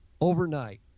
overnight